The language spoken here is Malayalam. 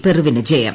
പെറുവിന് ജയം